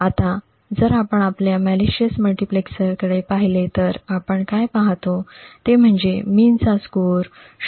आता जर आपण आपल्या मॅलिशिअसं मल्टिप्लेक्झरकडे पाहिले तर आपण काय पाहतो ते म्हणजे मिन चा स्कोअर 0